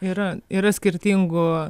yra yra skirtingų